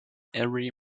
every